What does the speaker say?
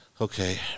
Okay